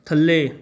ਥੱਲੇ